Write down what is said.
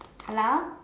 hello